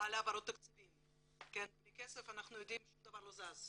על העברת תקציבים כי אנחנו יודעים שבלי כסף שום דבר לא זז.